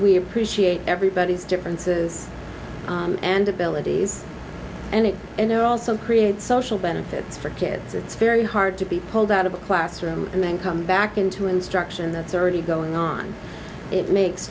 we appreciate everybody's differences and abilities and it and there are also created social benefits for kids it's very hard to be pulled out of a classroom and then come back into instruction that's already going on it makes